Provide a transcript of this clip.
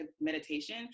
meditation